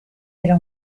era